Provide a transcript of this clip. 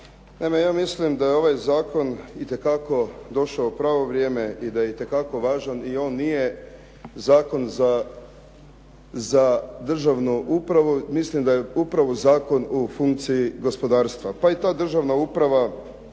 ja mislim da je ovaj zakon itekako došao u pravo vrijeme i da je itekako važan i da on nije zakon za državnu upravu. Mislim da je upravo zakon u funkciji gospodarstva. Pa i ta državna uprava